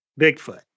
Bigfoot